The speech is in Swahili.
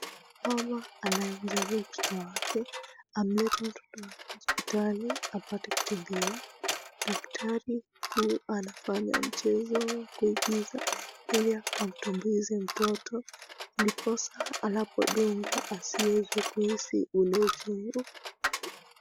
Mama anayemjali mtoto wake, ameleta mtoto wake hospitali apate kutibiwa. Daktari huyu anafanya mchezo wa kuigiza ili akamtumbuize mtoto ndiposa anapodungwa asiweze kuhisi ule uchungu.